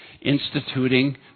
instituting